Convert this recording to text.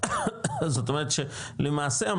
זאת אומרת שלמעשה,